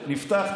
נפתח,